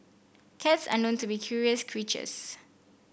cats are known to be curious creatures